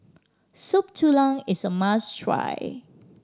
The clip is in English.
Soup Tulang is a must try